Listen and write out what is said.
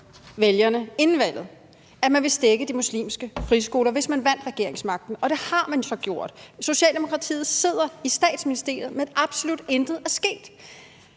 vælgerne inden valget, at man ville stække de muslimske friskoler, hvis man vandt regeringsmagten, hvilket man så gjorde. Socialdemokratiet sidder i Statsministeriet, men absolut intet er sket.